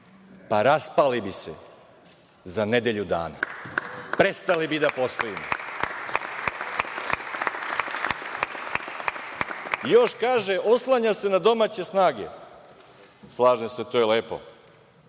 pa raspali bi se za nedelju dana, prestali bi da postojimo. Još kaže – oslanja se na domaće snage. Slažem se, to je lepo,